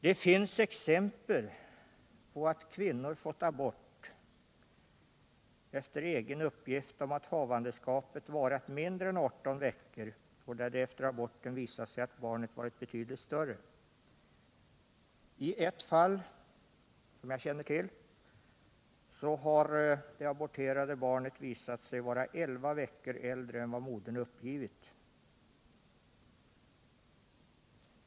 Det finns exempel på att kvinnor fått abort efter egen uppgift om att havandeskapet varat mindre än 18 veckor, men där det efter aborten visat sig att barnet varit betydligt äldre. I ett fall som jag känner till har det aborterade barnet visat sig vara elva veckor äldre än vad modern uppgivit.